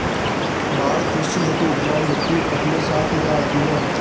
बाढ़ कृषि हेतु उपजाऊ मिटटी अपने साथ ले आती है